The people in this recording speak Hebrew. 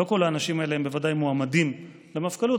לא כל האנשים האלה ודאי מועמדים למפכ"לות,